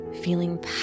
feeling